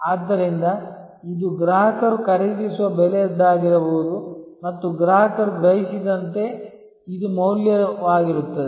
ಆದ್ದರಿಂದ ಇದು ಗ್ರಾಹಕರು ಖರೀದಿಸುವ ಬೆಲೆಯದ್ದಾಗಿರಬಹುದು ಮತ್ತು ಗ್ರಾಹಕರು ಗ್ರಹಿಸಿದಂತೆ ಇದು ಮೌಲ್ಯವಾಗಿರುತ್ತದೆ